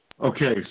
Okay